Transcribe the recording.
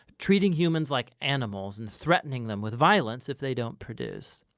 treating humans like animals and threatening them with violence if they don't produce.